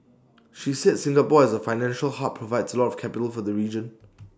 she said Singapore as A financial hub provides A lot of capital for the region